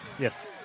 Yes